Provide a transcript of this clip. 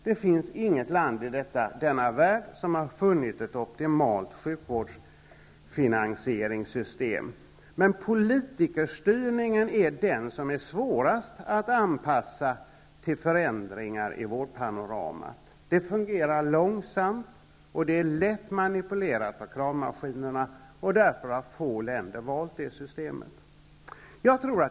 Det finns inget annat land i denna värld som har funnit ett optimalt sjukvårdsfinansieringssystem, men politikerstyrningen är det som är svårast att anpassa till förändringar i vårdpanoramat. Det fungerar långsamt, och det är lätt att manipulera för kravmaskinerna. Därför har få länder valt det systemet.